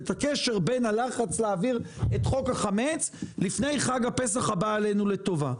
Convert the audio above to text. את הקשר בין הלחץ להעביר את חוק החמץ לפני חג הפסח הבא עלינו לטובה.